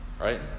right